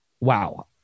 Wow